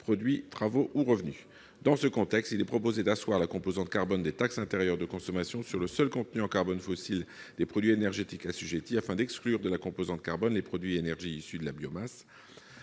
produits, travaux ou revenus. » Dans ce contexte, il est proposé d'asseoir la composante carbone des taxes intérieures de consommation sur le seul contenu en carbone fossile des produits énergétiques assujettis, afin d'exclure de la composante carbone les produits et énergies issus de la biomasse.